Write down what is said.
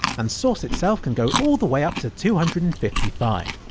and source itself can go all the way up to two hundred and fifty five!